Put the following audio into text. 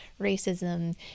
racism